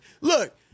Look